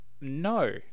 No